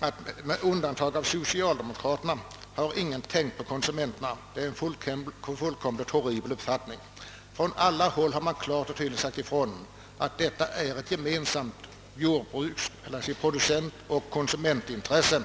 att ingen med undantag för socialdemokraterna har tänkt på konsumenterna. Det är ett fullkomligt horribelt påstående. Från alla håll har klart och tydligt sagts ifrån, att frågan om jordbruksproduktionen är ett gemensamt producentoch konsumentintresse.